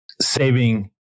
saving